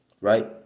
Right